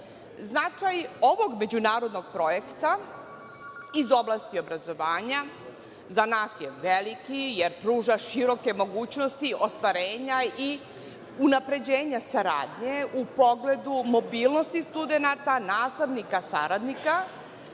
Značaj ovog međunarodnog projekta iz oblasti obrazovanja za nas je veliki jer pruža široke mogućnosti ostvarenja i unapređenja saradnje u pogledu mobilnosti studenata, nastavnika, saradnika,